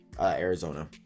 Arizona